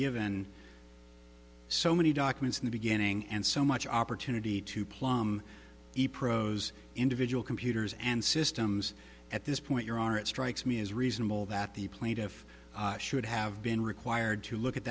given so many documents in the beginning and so much opportunity to plumb the prose individual computers and systems at this point your honor it strikes me as reasonable that the plaintiff should have been required to look at